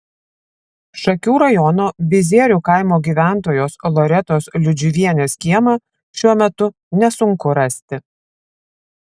šakių rajono bizierių kaimo gyventojos loretos liudžiuvienės kiemą šiuo metu nesunku rasti